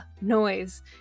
noise